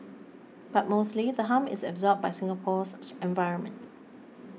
but mostly the harm is absorbed by Singapore's environment